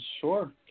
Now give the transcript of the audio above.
Sure